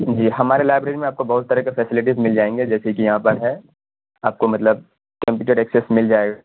جی ہمارے لائیبریری میں آپ کو بہت طرح کی فیسلیٹیز مل جائیں گے جیسے کہ یہاں پر ہے آپ کو مطلب کمپیوٹر ایکسس مل جائے گا